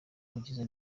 ugize